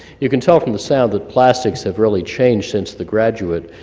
you can tell from the sound that plastics have really changed since the graduate.